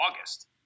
August